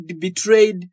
betrayed